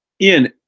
Ian